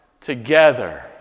together